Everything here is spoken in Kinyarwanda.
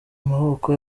maboko